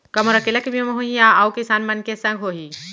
का मोर अकेल्ला के बीमा होही या अऊ किसान मन के संग होही?